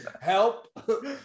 help